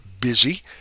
busy